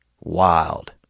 wild